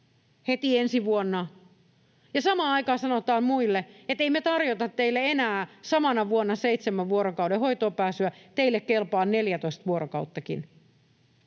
heti ensi vuonna. Samaan aikaan sanotaan muille, että ei me tarjota teille enää samana vuonna seitsemän vuorokauden hoitoonpääsyä, teille kelpaa 14 vuorokauttakin,